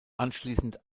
anschließend